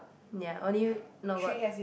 ya only no got